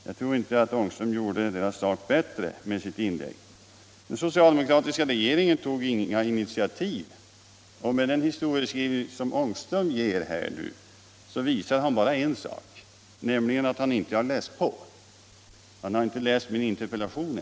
Jag tror inte herr Ångström gjorde dess sak bättre med sitt inlägg. Den socialdemokratiska regeringen tog inga initiativ, sade herr Ångström. Herr Ångströms historieskrivning visar bara en sak, nämligen att han inte har läst på. Han har tydligen inte ens läst min interpellation.